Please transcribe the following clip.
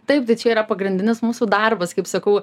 taip tai čia yra pagrindinis mūsų darbas kaip sakau